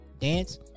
Dance